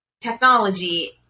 technology